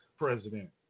president